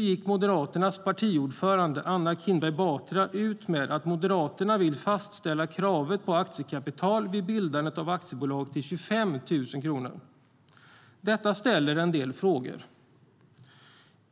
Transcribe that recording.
gick Moderaternas partiordförande Anna Kinberg Batra ut med att Moderaterna vill fastställa kravet på aktiekapital vid bildandet av aktiebolag till 25 000 kronor. Detta skapar en del frågor.